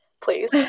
please